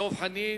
דב חנין.